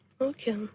Okay